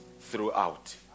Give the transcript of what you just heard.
throughout